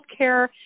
healthcare